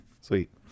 sweet